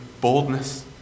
boldness